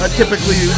typically